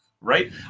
Right